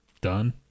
Done